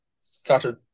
started